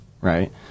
Right